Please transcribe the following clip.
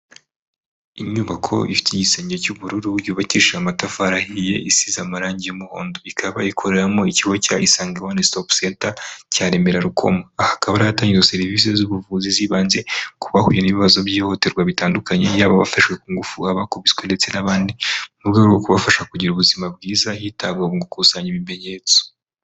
Inyubako ifite igisenge cy'ubururu, yubakishije amatafari ahiye isize amarangi y'umuhondo, ikaba ikoreramo ikigo cya Isange Onu Sitopu Senta cya Remera Rukomo. Aha akaba ari ahatangirwa serivisi z'ubuvuzi z'ibanze ku bahura n'ibibazo byihutirwa bitandukanye, yaba abafashwe ku ngufu, abakubiswe ndetse n'abandi, mu rwego rwo kubafasha kugira ubuzima bwiza, hitabwa mu gukusanya ibimenyetso.